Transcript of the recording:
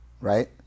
right